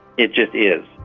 it just is.